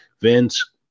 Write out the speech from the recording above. Vince